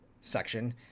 section